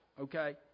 Okay